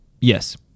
Yes